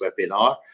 webinar